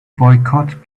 boycott